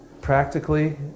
practically